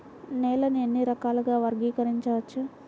నేలని ఎన్ని రకాలుగా వర్గీకరించవచ్చు?